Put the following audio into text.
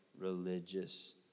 religious